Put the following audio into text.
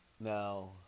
now